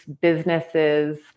businesses